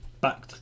back